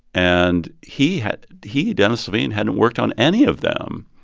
and he had he, dennis levine, hadn't worked on any of them.